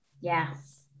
Yes